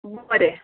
बरें